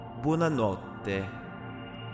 Buonanotte